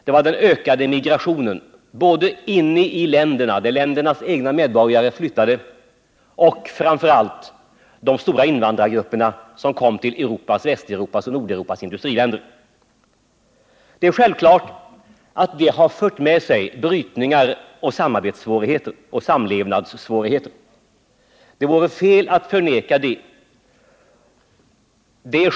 Det var den ökade migrationen, både inom länderna bland den egna befolkningen och genom de stora invandrargrupperna som kom till Västoch Nordeuropas industriländer. Det är självklart att det har fört med sig brytningar, samarbetsoch samlevnadssvårigheter. Det vore fel att förneka det.